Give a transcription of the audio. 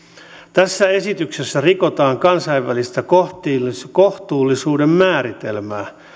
tässä esityksessä rikotaan kansainvälistä kohtuullisuuden kohtuullisuuden määritelmää